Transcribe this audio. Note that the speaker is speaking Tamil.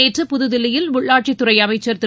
நேற்று புதுதில்லியில் உள்ளாட்சித்துறை அமைச்சர் திரு